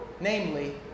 Namely